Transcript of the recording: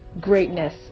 greatness